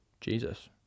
Jesus